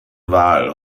wahl